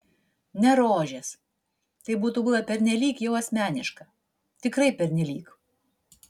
ne rožės tai būtų buvę pernelyg jau asmeniška tikrai pernelyg